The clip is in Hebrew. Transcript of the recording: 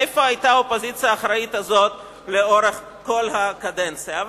איפה היתה האופוזיציה האחראית הזו לאורך כל הקדנציה?